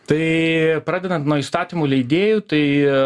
tai pradedant nuo įstatymų leidėjų tai